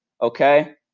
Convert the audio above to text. okay